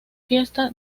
fiesta